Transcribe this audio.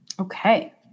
Okay